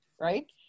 right